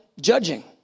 judging